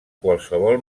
qualsevol